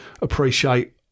appreciate